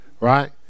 right